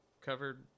covered